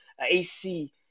AC